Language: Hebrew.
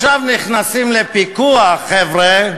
ועכשיו נכנסים לפיקוח, חבר'ה,